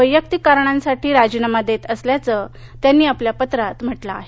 वैयक्तिक कारणांसाठी राजीनामा देत असल्याचं त्यांनी आपल्या पत्रात म्हटलं आहे